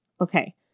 Okay